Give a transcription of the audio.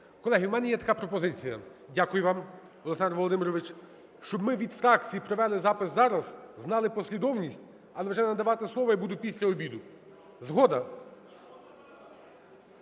Колеги, в мене є така пропозиція, (дякую вам, Олександре Володимировичу) щоб ми від фракцій провели запис зараз, знали послідовність, але вже надавати слово я буду після обіду. Згода?